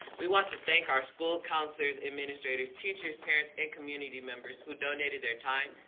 we want to thank our school counselors administrators, teachers, parents, and community members who donated their time,